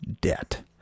debt